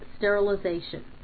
sterilization